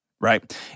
right